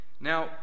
Now